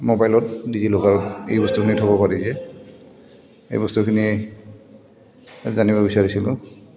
মোবাইলত ডিজিলকাৰ এই বস্তুখিনি থ'ব পাৰি যে এই বস্তুখিনি জানিব বিচাৰিছিলোঁ